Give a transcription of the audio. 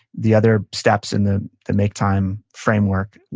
the other steps in the the make time framework,